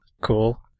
cool